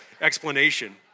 explanation